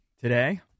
Today